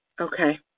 okay